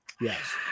Yes